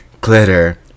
Glitter